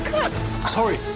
Sorry